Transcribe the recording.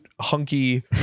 hunky